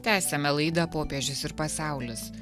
tęsiame laidą popiežius ir pasaulis